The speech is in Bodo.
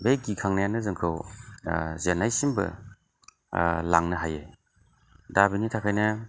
बे गिखांनायानो जोंखौ जेननायसिमबो लांनो हायो दा बिनिथाखायनो